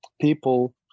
people